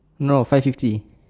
no five fifty